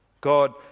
God